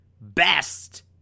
best